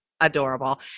adorable